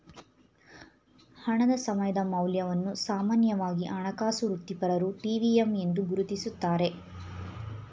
ಹಣದ ಸಮಯದ ಮೌಲ್ಯವನ್ನು ಸಾಮಾನ್ಯವಾಗಿ ಹಣಕಾಸು ವೃತ್ತಿಪರರು ಟಿ.ವಿ.ಎಮ್ ಎಂದು ಗುರುತಿಸುತ್ತಾರೆ